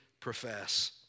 profess